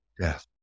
death